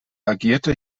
agierte